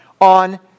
on